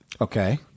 Okay